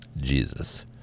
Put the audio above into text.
Jesus